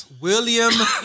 William